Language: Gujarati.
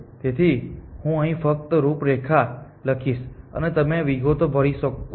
તેથી હું અહીં ફક્ત રૂપરેખા લખીશ અને તમે વિગતો ભરી શકો છો